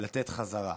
לתת חזרה.